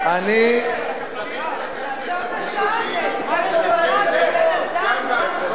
תגיש, שהוועדה תתערב, תודה רבה.